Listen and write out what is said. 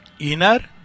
Inner